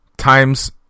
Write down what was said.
Times